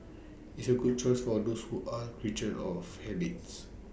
it's A good choice for those who are creatures of habits